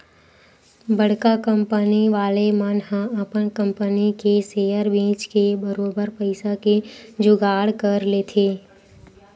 बड़का कंपनी वाले मन ह अपन कंपनी के सेयर बेंच के बरोबर पइसा के जुगाड़ कर लेथे